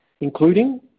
including